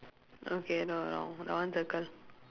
okay no no no that one circle